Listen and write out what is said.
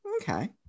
okay